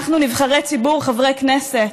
אנחנו נבחרי ציבור, חברי כנסת,